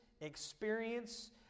experience